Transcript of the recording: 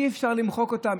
אי-אפשר למחוק אותם,